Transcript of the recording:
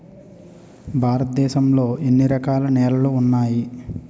భారతదేశం లో ఎన్ని రకాల నేలలు ఉన్నాయి?